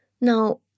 Now